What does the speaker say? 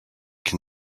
can